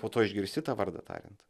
po to išgirsti tą vardą tariant